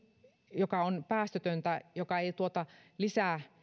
joka on päästötöntä joka ei tuota lisää